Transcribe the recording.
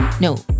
No